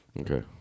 Okay